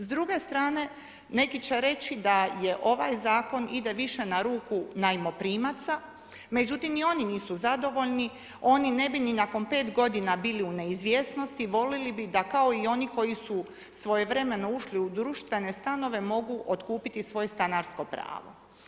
S druge strane, neki će reći da je ovaj Zakon ide više na ruku najmoprimaca, međutim ni oni nisu zadovoljni, oni ne bi ni nakon 5 godina bili u neizvjesnosti, voljeli bi da kao i oni koji su svojevremeno ušli u društvene stanove mogu otkupiti svoje stanarsko pravo.